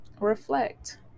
reflect